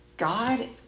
God